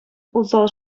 усал